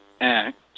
act